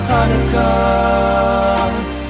Hanukkah